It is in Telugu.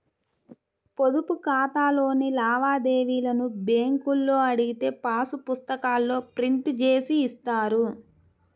పొదుపు ఖాతాలోని లావాదేవీలను బ్యేంకులో అడిగితే పాసు పుస్తకాల్లో ప్రింట్ జేసి ఇస్తారు